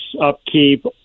upkeep